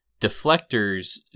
Deflectors